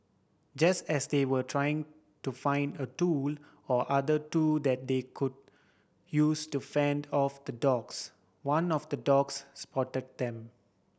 just as they were trying to find a tool or other two that they could use to fend off the dogs one of the dogs spotted them